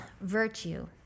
virtue